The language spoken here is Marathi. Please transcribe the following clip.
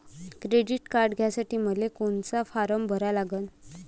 क्रेडिट कार्ड घ्यासाठी मले कोनचा फारम भरा लागन?